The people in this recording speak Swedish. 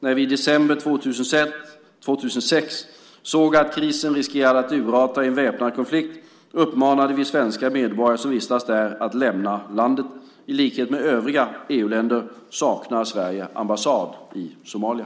När vi i december 2006 såg att krisen riskerade att urarta i en väpnad konflikt uppmanade vi svenska medborgare som vistades där att lämna landet. I likhet med övriga EU-länder saknar Sverige ambassad i Somalia.